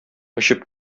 очып